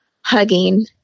hugging